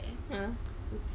ah